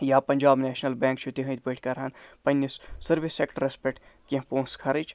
یا Punjab national bank چھُ تِہِندۍ پٲٹھۍ کرٕہن پَنٕنِس سٔروِس سٮ۪کٹٔرَس پٮ۪ٹھ کیٚنہہ پونسہٕ خرٕچ